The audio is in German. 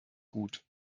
gut